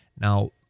Now